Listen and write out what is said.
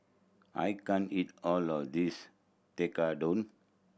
I can't eat all of this Tekkadon